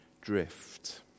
drift